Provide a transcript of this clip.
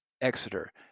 Exeter